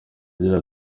agira